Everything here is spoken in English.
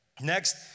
Next